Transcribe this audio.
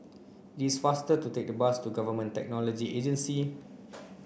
it is faster to take the bus to Government Technology Agency